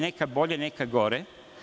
Neka bolje, neka gore.